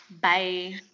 bye